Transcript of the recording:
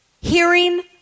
hearing